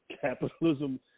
capitalism